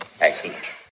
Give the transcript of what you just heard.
Excellent